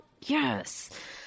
Yes